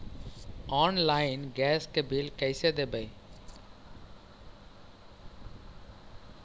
Online gas के bill कैसे देबै?